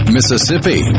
Mississippi